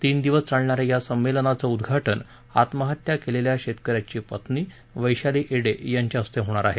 तीन दिवस चालणाऱ्या या संमेलनाचं उद्घाटन आत्महत्या केलेल्या शेतकऱ्याची पत्नी वैशाली येडे यांच्या हस्ते होणार आहे